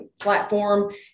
platform